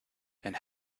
and